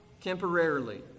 temporarily